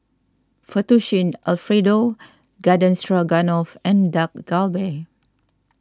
Fettuccine Alfredo Garden Stroganoff and Dak Galbi